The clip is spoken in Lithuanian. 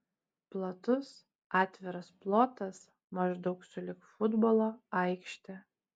platus atviras plotas maždaug sulig futbolo aikšte